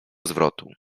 zwrotu